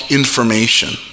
information